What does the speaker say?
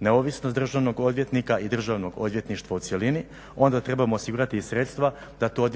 neovisnost državnog odvjetnika i Državnog odvjetništva u cjelini, onda trebamo osigurati i sredstva da to